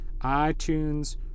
iTunes